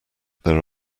there